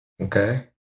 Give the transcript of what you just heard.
Okay